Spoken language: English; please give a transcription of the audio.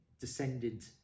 descended